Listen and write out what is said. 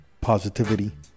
positivity